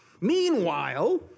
Meanwhile